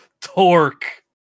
Torque